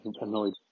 annoyed